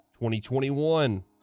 2021